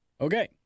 Okay